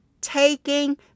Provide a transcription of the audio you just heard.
taking